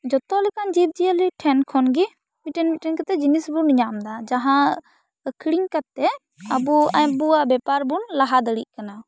ᱡᱚᱛᱚ ᱞᱮᱠᱟᱱ ᱡᱤᱵᱽ ᱡᱤᱭᱟᱹᱞᱤ ᱴᱷᱮᱱ ᱠᱷᱚᱱᱜᱤ ᱢᱤᱫᱴᱮᱱ ᱢᱤᱫᱴᱮᱱ ᱠᱟᱛᱮᱜ ᱡᱤᱱᱤᱥ ᱵᱚᱱ ᱧᱟᱢᱮᱫᱟ ᱡᱟᱦᱟᱸ ᱟᱠᱷᱨᱤᱧ ᱠᱟᱛᱮᱜ ᱟᱹᱵᱩ ᱟᱹᱵᱩᱣᱟᱜ ᱵᱮᱯᱟᱨ ᱵᱚᱱ ᱞᱟᱦᱟᱸ ᱫᱟᱹᱲᱤᱜ ᱠᱟᱱᱟ